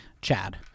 Chad